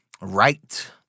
right